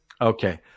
Okay